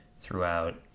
throughout